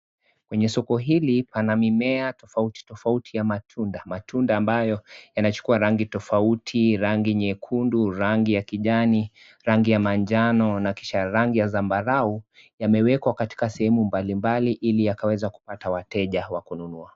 Kwenye suko hili, pana mimea tofautitofauti ya matunda. Matunda ambayo yanachukua rangi tofauti, rangi nyekundu, rangi ya kijani, rangi ya manjano, na kisha rangi ya zambarau, yamewekwa katika sehemu mbalimbali ili yakaweza kupata wateja wakununua.